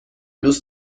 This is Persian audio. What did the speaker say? دوست